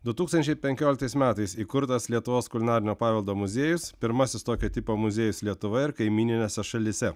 du tūkstančiai penkioliktais metais įkurtas lietuvos kulinarinio paveldo muziejus pirmasis tokio tipo muziejus lietuvoje ir kaimyninėse šalyse